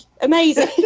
amazing